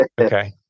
Okay